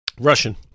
Russian